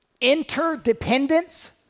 Interdependence